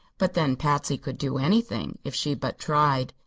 but then, patsy could do anything, if she but tried.